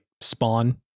spawn